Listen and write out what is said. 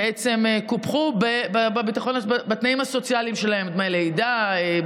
קופחו בתנאים הסוציאליים שלהם: דמי לידה,